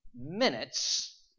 minutes